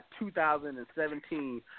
2017